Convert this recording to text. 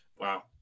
Wow